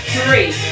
Three